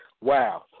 Wow